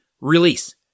release